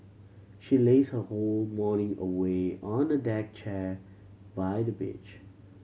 she lazed her whole morning away on a deck chair by the beach